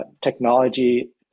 technology